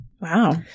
Wow